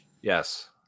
Yes